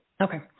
Okay